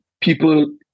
People